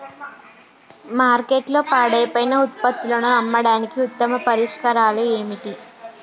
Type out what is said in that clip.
మార్కెట్లో పాడైపోయిన ఉత్పత్తులను అమ్మడానికి ఉత్తమ పరిష్కారాలు ఏమిటి?